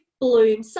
bloom